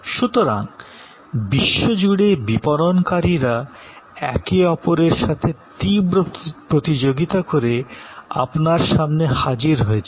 সুতরাং বিশ্বজুড়ে বিপণনকারীরা একে অপরের সাথে তীব্র প্রতিযোগিতা করে আপনার সামনে হাজির হয়েছে